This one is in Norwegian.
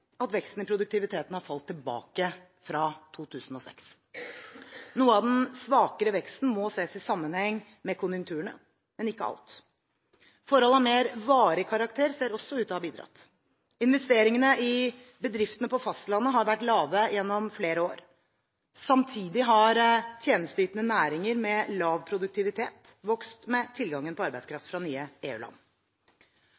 at veksten i produktiviteten har falt tilbake fra 2006. Noe av den svakere veksten må ses i sammenheng med konjunkturene, men ikke alt. Forhold av mer varig karakter ser også ut til å ha bidratt. Investeringene i bedriftene på fastlandet har vært lave gjennom flere år. Samtidig har tjenesteytende næringer med lav produktivitet vokst med tilgangen på